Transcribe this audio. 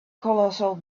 colossal